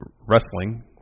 wrestling